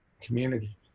community